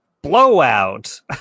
blowout